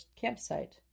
campsite